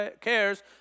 cares